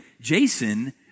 Jason